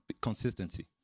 consistency